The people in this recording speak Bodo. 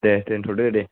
दे थोनथ'दो दे